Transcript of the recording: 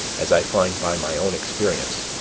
as i find by my own experience,